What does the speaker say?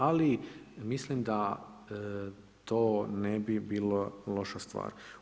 Ali mislim da to ne bi bila loša stvar.